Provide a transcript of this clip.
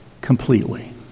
completely